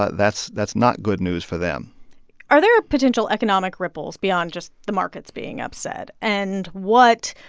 ah that's that's not good news for them are there potential economic ripples beyond just the markets being upset? and what,